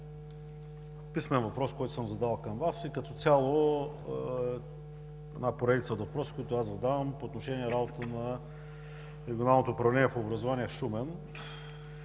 писмен въпрос, който съм задал към Вас и като цяло една поредица от въпроси, които аз задавам по отношение работата на Регионалното управление по образование в Шумен.